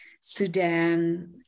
Sudan